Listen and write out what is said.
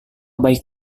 baik